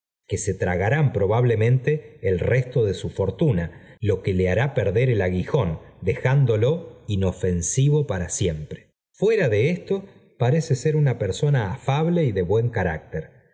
que se tragarán probablemente el resto de su fortuna lo que le hará perder el aguijón dejándolo inofensivo para siempre fuera de esto parece ser una persona afable y de buen carácter